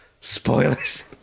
Spoilers